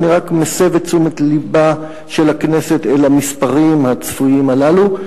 ואני רק מסב את תשומת לבה של הכנסת אל המספרים הצפויים הללו.